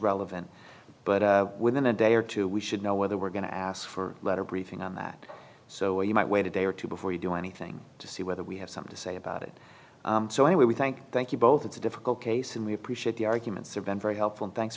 relevant but within a day or two we should know whether we're going to ask for letter briefing on that so you might wait a day or two before you do anything to see whether we have something to say about it so anyway we thank thank you both it's a difficult case and we appreciate the arguments are been very helpful thanks